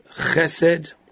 Chesed